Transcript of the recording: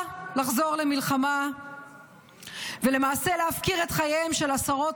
לחזור למלחמה ולמעשה להפקיר את חייהם של עשרות